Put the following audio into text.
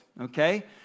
okay